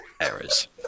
errors